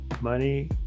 Money